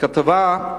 בכתבה,